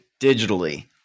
digitally